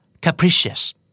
Capricious